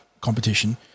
competition